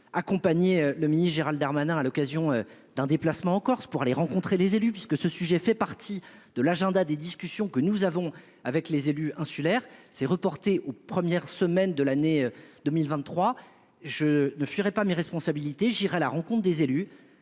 accompagné le mini Gérald Darmanin à l'occasion d'un déplacement en Corse pour aller rencontrer les élus, puisque ce sujet fait partie de l'agenda des discussions que nous avons avec les élus insulaires, c'est reporté aux premières semaines de l'année 2023. Je ne ferai pas mes responsabilités, j'irai à la rencontre des élus.